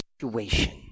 situation